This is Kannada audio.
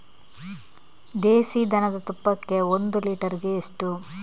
ದೇಸಿ ದನದ ತುಪ್ಪಕ್ಕೆ ಒಂದು ಲೀಟರ್ಗೆ ಎಷ್ಟು?